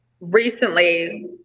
Recently